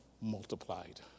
multiplied